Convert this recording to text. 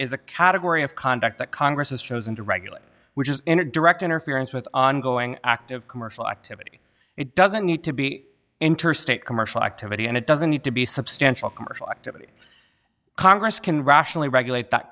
is a category of conduct that congress has chosen to regulate which is direct interference with ongoing active commercial activity it doesn't need to be interstate commercial activity and it doesn't need to be substantial commerce congress can rationally regulate that